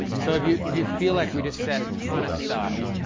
so if you if you feel like we just said a ton of stuff,